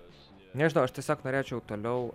nežinau aš tiesiog norėčiau toliau